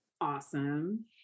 awesome